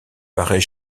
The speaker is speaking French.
paraît